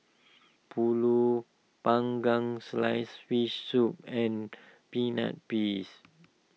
Pulut Panggang Sliced Fish Soup and Peanut Paste